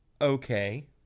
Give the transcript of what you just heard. okay